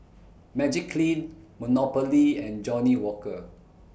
Magiclean Monopoly and Johnnie Walker